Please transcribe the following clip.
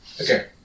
okay